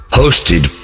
hosted